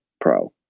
Pro